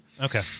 Okay